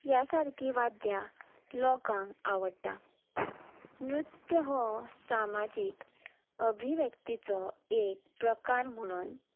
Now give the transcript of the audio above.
ह्या सारकी वाद्यां लोकांक आवडटा नृत्य हो सामाजीक अभिव्यक्तीचो एक प्रकार म्हुणोन